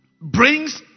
brings